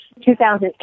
2008